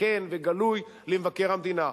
כן וגלוי למבקר המדינה.